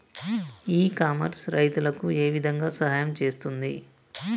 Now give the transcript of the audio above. ఇ commerce రైతులకు ఏ విధంగా సహాయం చేస్తుంది?